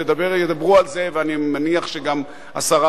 ידברו על זה, ואני מניח שגם השרה